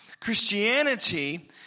Christianity